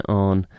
o'n